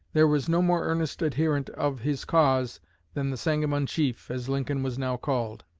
there was no more earnest adherent of his cause than the sangamon chief, as lincoln was now called.